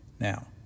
Now